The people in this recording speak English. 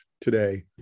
today